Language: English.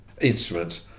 instrument